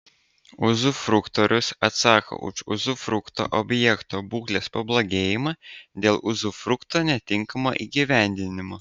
uzufruktorius atsako už uzufrukto objekto būklės pablogėjimą dėl uzufrukto netinkamo įgyvendinimo